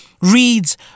Reads